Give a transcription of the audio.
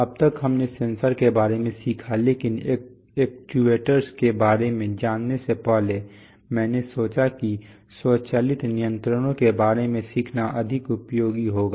अब तक हमने सेंसर के बारे में सीखा है लेकिन एक्ट्यूएटर्स के बारे में जानने से पहले मैंने सोचा कि स्वचालित नियंत्रणों के बारे में सीखना अधिक उपयोगी होगा